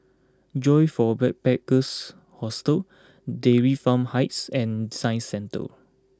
Joyfor Backpackers' Hostel Dairy Farm Heights and Science Centre